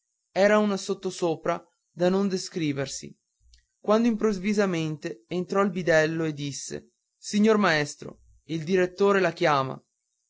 era un sottosopra da non descriversi quando improvvisamente entrò il bidello e disse signor maestro il direttore la chiama